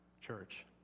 church